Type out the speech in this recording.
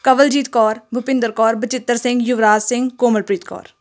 Kawaljit Kaur Bhupinder Kaur Bachittar Singh Yuvraj Singh Komalpreet Kaur